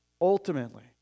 ultimately